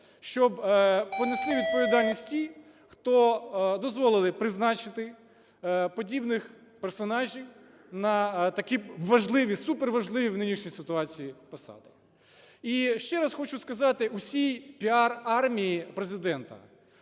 щоб понесли відповідальність ті, хто дозволили призначити подібних персонажів на такі важливі, суперважливі в нинішній ситуації посади. І ще раз хочу сказати усій піар-армії Президента.